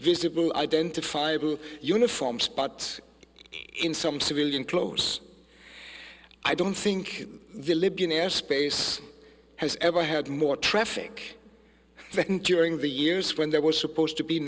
visible identifiable uniforms but in some civilian clothes i don't think the libyan air space has ever had more traffic during the years when they were supposed to be